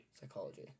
Psychology